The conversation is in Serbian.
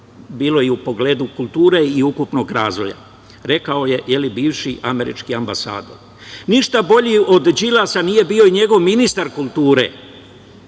bilo i u pogledu kulture i ukupnog razvoja, rekao je bivši američki ambasador. Ništa bolji od Đilasa nije bio ni njegov ministar kulture